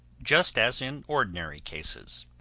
just as in ordinary cases,